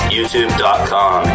YouTube.com